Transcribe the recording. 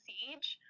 Siege